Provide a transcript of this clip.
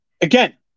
again